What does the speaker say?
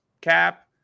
Cap